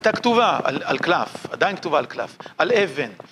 הייתה כתובה על קלף, עדיין כתובה על קלף, על אבן